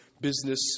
business